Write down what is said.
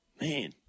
Man